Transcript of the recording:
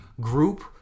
group